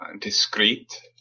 discreet